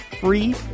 free